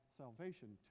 salvation